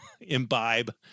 imbibe